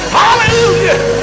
hallelujah